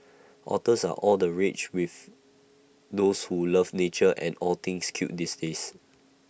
otters are all the rage with those who love nature and all things cute these days